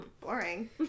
boring